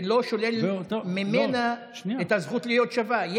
זה לא שולל ממנה את הזכות להיות שווה.